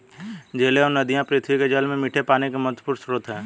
झीलें और नदियाँ पृथ्वी के जल में मीठे पानी के महत्वपूर्ण स्रोत हैं